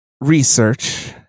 research